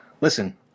listen